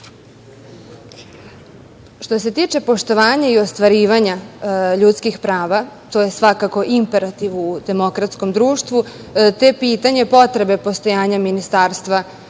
se tiče poštovanja i ostvarivanja ljudskih prava, to je svakako imperativ u demokratskom društvu, te pitanje potrebe postojanja Ministarstva